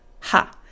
Ha